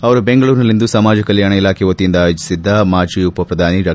ಅವರು ಬೆಂಗಳೂರಿನಲ್ಲಿಂದು ಸಮಾಜ ಕಲ್ಕಾಣ ಇಲಾಖೆ ವತಿಯಿಂದ ಆಯೋಜಿಸಿದ್ದ ಮಾಜಿ ಉಪ ಪ್ರಧಾನಿ ಡಾ